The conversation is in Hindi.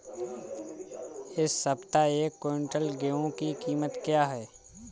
इस सप्ताह एक क्विंटल गेहूँ की कीमत क्या है?